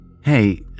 Hey